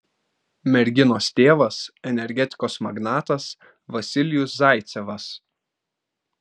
merginos tėvas energetikos magnatas vasilijus zaicevas